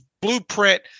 blueprint